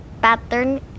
pattern